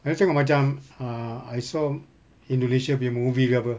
ayah tengok macam uh I saw indonesia punya movie ke apa